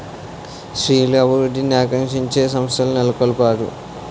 స్త్రీల అభివృద్ధిని ఆకాంక్షించే సంస్థలు నెలకొల్పారు